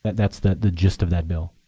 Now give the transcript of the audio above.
that's the gist of that bill.